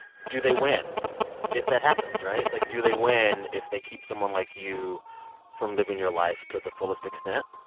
do they win if that happens, right? like, do they win if they keep someone like you from living your life to the fullest extent?